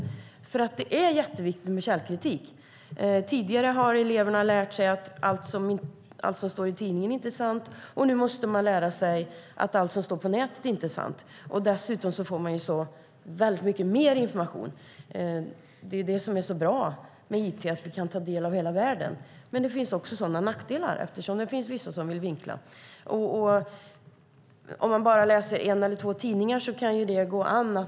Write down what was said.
Det är jätteviktigt med källkritik. Tidigare har eleverna lärt sig att allt inte är sant som står i tidningen. Nu måste man lära sig att inte allt som står på nätet är sant. Dessutom får man så väldigt mycket mer information. Det är ju det som är så bra med it, att vi kan ta del av hela världen. Men det finns också sådana nackdelar, eftersom det finns vissa som vill vinkla. Om man bara läser en eller två tidningar kan ju det gå an.